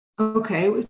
Okay